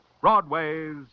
Broadway's